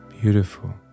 Beautiful